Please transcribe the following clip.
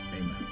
Amen